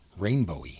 Rainbowy